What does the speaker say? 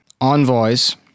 envoys